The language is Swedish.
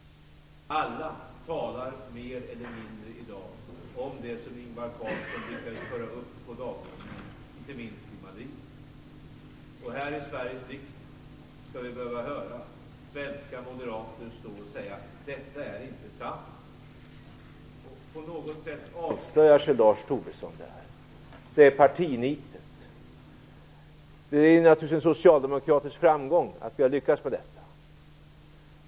Alla talar i dag mer eller mindre om det som Ingvar Carlsson lyckades föra upp på dagordningen inte minst i Madrid. Men här i Sveriges riksdag skall vi behöva höra svenska moderater stå och säga att detta inte är sant. På något sätt avslöjar sig Lars Tobisson här. Det är partinitet som gäller. Det är naturligtvis en socialdemokratisk framgång att vi har lyckats med detta.